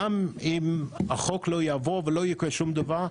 גם אם החוק לא יעבור ולא יקרה שום דבר,